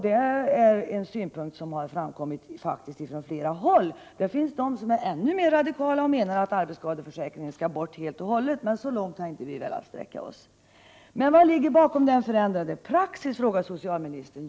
Det är en synpunkt som har framkommit från flera håll. Det finns de som är ännu mer radikala och menar att arbetsskadeförsäkringen skulle bort helt och hållet, men så långt har vi inte velat sträcka oss. Vad ligger bakom förändringen av praxis? frågar socialministern.